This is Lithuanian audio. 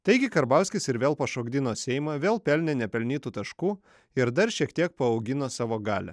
taigi karbauskis ir vėl pašokdino seimą vėl pelnė nepelnytų taškų ir dar šiek tiek paaugino savo galią